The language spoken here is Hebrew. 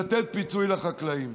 לתת פיצוי לחקלאים.